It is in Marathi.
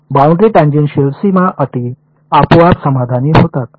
तर बाउंड्री टेंजेन्शिअल सीमा अटी आपोआप समाधानी होतात